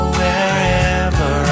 wherever